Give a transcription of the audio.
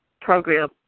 program